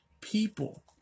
People